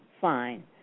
fine